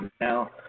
now